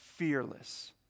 fearless